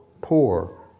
poor